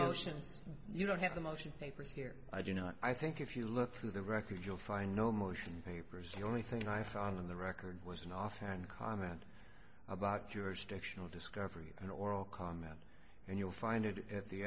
motions you don't have the motion papers here i do not i think if you look through the record you'll find no motion papers you only think i found on the record was an offhand comment about jurisdictional discovery and oral comment and you'll find it at the